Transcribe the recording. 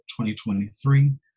2023